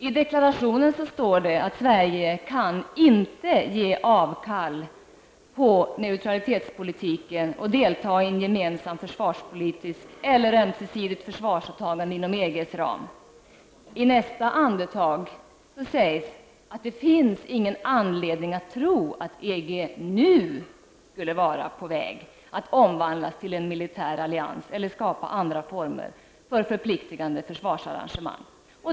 I deklarationen står det att Sverige inte kan ge avkall på neutralitetspolitiken och delta i en gemensam försvarspolitik eller i ett ömsesidigt försvarsåtagande inom EGs ram. Men i nästa andetag sägs att det inte finns någon anledning att tro att EG nu skulle vara på väg att omvandlas till en militär allians eller skapa andra former för förpliktigande försvarsarrangemang.